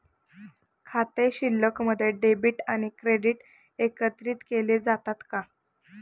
खाते शिल्लकमध्ये डेबिट आणि क्रेडिट एकत्रित केले जातात का?